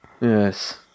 yes